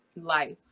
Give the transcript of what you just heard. Life